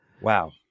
Wow